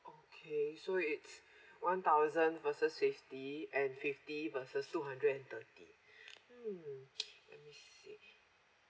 okay so it's one thousand versus fifty and fifty versus two hundred and thirty hmm let me see